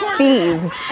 thieves